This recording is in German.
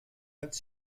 als